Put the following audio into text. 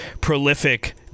prolific